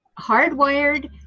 hardwired